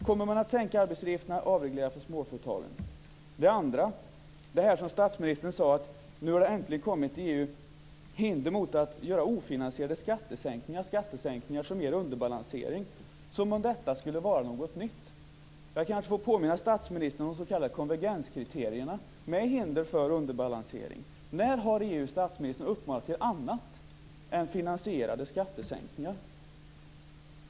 Kommer man att sänka arbetsgivaravgifterna och avreglera för småföretagen? Statsministern sade också att det i EU nu äntligen har kommit hinder mot att göra ofinansierade skattesänkningar som ger underbalansering - som om detta skulle vara något nytt! Jag kanske får påminna statsministern om de s.k. konvergenskriterierna med hinder för underbalansering. När, statsministern, har EU uppmanat till annat än finansierade skattesänkningar?